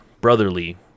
brotherly